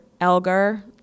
Elgar